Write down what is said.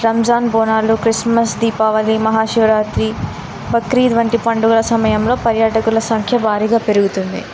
రంజాన్ బోనాలు బక్రీద్ వంటి పండుగల సమయంలో పర్యాటకుల సంఖ్య భారీగా పెరుగుతుంది